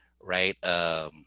right